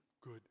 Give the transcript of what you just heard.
good